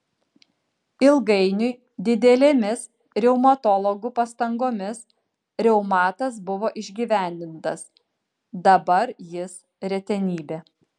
ilgainiui didelėmis reumatologų pastangomis reumatas buvo išgyvendintas dabar jis retenybė